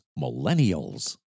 millennials